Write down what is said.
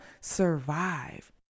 survive